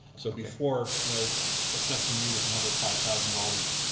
so, before you know assessing me with another five thousand dollars,